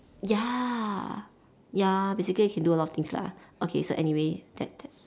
ya ya basically I can do a lot of things lah okay so anyway that that's